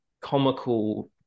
comical